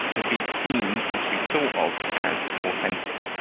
to be seen or to be thought of as authentic.